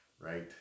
right